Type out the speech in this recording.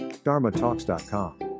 DharmaTalks.com